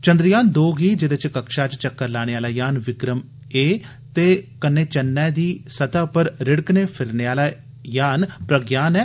चंद्रयान दो गी जेदे च कक्षा च चक्कर लाने आला यान विक्रम ऐ ते चन्नै दी सतह पर रिड़कने फिरने आला यान प्रज्ञान ऐ